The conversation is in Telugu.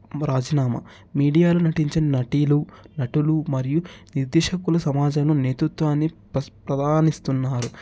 అమ్మ రాజీనామ మీడియాలో నటించిన నటులు నటులు మరియు నిర్దేశకులు సమాజంలో నేతృత్వాన్ని పసి ప్రదానిస్తున్నారు